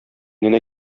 генә